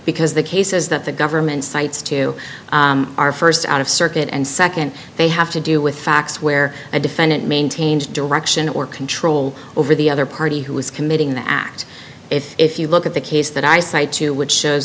because the cases that the government cites to are first out of circuit and second they have to do with facts where a defendant maintains direction or control over the other party who is committing the act if if you look at the case that i cited to which shows